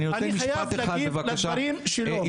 אני חייב להגיב לדברים שלו.